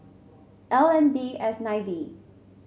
L N B S nine V